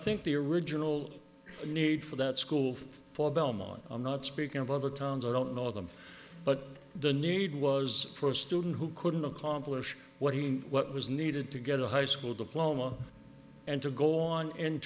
think the original need for that school for belmont i'm not speaking of other towns i don't know them but the need was for a student who couldn't accomplish what he what was needed to get a high school diploma and to go on